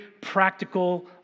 practical